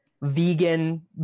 vegan